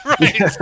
Right